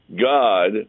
God